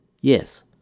Yes